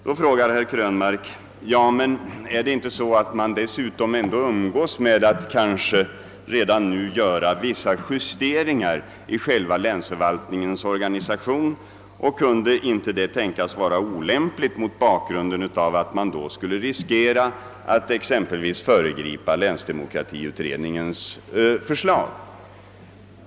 — Då frågar herr Krönmark: Men är det inte så att man dessutom umgås med tanken att redan nu göra vissa justeringar i själva länsförvaltningens organisation och kunde inte detta tänkas vara olämpligt mot bakgrund av att man i så fall skulle riskera att föregripa de åtgärder som länsdemokratiutredningen kommer att föreslå?